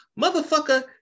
Motherfucker